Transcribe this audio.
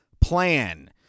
plan